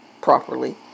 properly